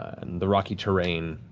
and the rocky terrain.